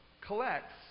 collects